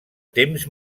temps